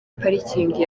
parikingi